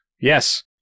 yes